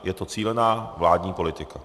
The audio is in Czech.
Je to cílená vládní politika.